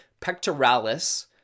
pectoralis